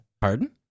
Pardon